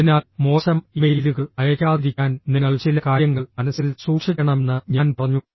അതിനാൽ മോശം ഇമെയിലുകൾ അയയ്ക്കാതിരിക്കാൻ നിങ്ങൾ ചില കാര്യങ്ങൾ മനസ്സിൽ സൂക്ഷിക്കണമെന്ന് ഞാൻ പറഞ്ഞു